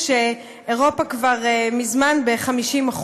כשאירופה כבר מזמן ב-50%.